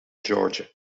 georgia